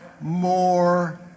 more